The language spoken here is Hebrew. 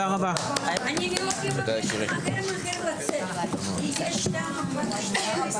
הישיבה ננעלה בשעה 12:15.